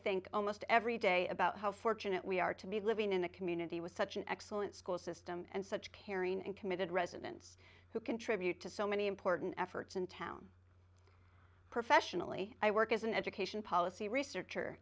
think almost every day about how fortunate we are to be living in a community was such an excellent school system and such caring and committed residents who contribute to so many important efforts in town professionally i work as an education policy researcher